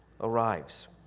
arrives